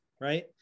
Right